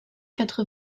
quatre